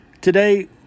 Today